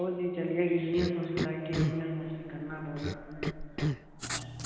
अहो जी चली जाह्गे जियां तुसी गलागे उं'या गै असें करना पौना